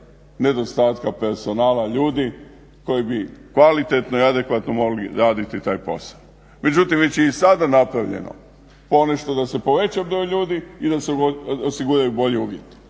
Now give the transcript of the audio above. nedostatka personala ljudi koji bi kvalitetno i adekvatno mogli raditi taj posao. Međutim već je i sada napravljeno ponešto da se poveća broj ljudi i da se osiguraju bolji uvjeti.